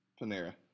Panera